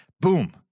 Boom